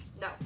No